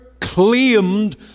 claimed